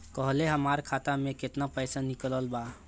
काल्हे हमार खाता से केतना पैसा निकलल बा?